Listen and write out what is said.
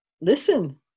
listen